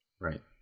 Right